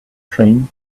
train